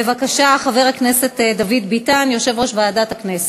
בבקשה, חבר הכנסת דוד ביטן, יושב-ראש ועדת הכנסת.